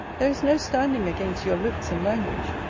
there is no standing against your looks and language.